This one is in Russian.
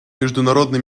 международный